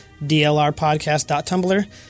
dlrpodcast.tumblr